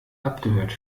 abgehört